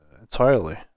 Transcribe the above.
entirely